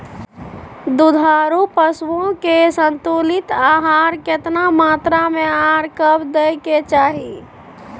दुधारू पशुओं के संतुलित आहार केतना मात्रा में आर कब दैय के चाही?